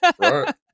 right